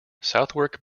southwark